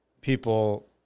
people